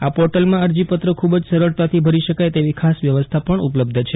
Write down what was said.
આ પોર્ટલમાં અરજીપત્ર ખૂબ જ સરળતાથી ભરી શકાય તેવી ખાસ સુવિધા પણ ઉપલબ્ધ છે